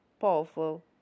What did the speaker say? powerful